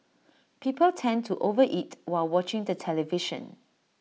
people tend to over eat while watching the television